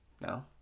No